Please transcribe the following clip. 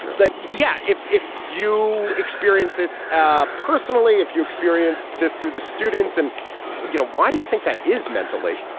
like yeah. if if you experienced this ah personally, if you experience this through the students and you know, why do you think that is mentally?